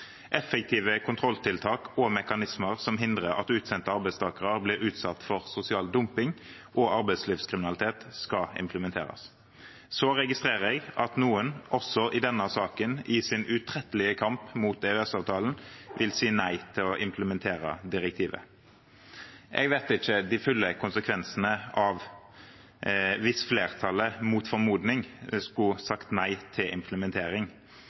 Effektive kontrolltiltak og mekanismer som hindrer at utsendte arbeidstakere blir utsatt for sosial dumping og arbeidslivskriminalitet, skal implementeres. Så registrerer jeg at noen også i denne saken i sin utrettelige kamp mot EØS-avtalen vil si nei til å implementere direktivet. Jeg kjenner ikke de fulle konsekvensene hvis flertallet mot formodning skulle si nei til implementering,